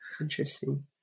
interesting